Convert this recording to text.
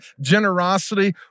generosity